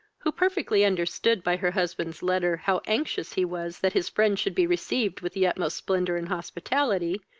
who perfectly understood by her husband's letter, how anxious he was that his friend should be received with the utmost splendour and hospitality,